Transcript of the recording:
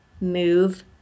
move